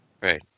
Right